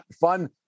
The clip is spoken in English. fun